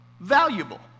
valuable